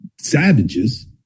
savages